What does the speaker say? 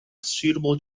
suitable